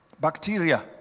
Bacteria